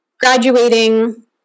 graduating